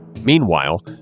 Meanwhile